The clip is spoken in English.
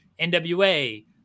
NWA